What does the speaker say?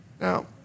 Now